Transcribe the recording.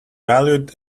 valued